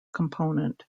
component